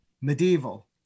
Medieval